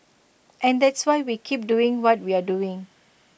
and that's why we keep doing what we're doing